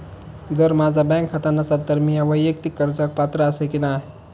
जर माझा बँक खाता नसात तर मीया वैयक्तिक कर्जाक पात्र आसय की नाय?